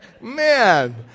man